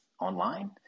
online